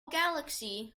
galaxy